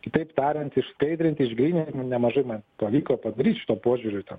kitaip tariant išskaidrint išgrynint nemažai man pavyko padaryt situo požiūriu ten